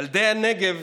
ילדי הנגב